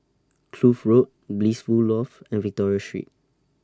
Kloof Road Blissful Loft and Victoria Street